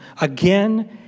again